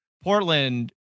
Portland